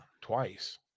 twice